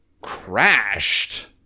crashed